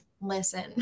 listen